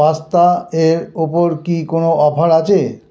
pasta এর ওপর কি কোনো অফার আছে